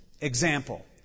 Example